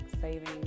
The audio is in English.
saving